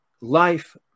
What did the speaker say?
life